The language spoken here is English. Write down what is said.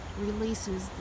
releases